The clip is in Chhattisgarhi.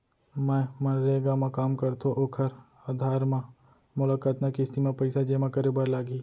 मैं मनरेगा म काम करथो, ओखर आधार म मोला कतना किस्ती म पइसा जेमा करे बर लागही?